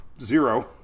zero